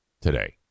today